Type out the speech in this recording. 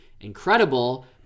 incredible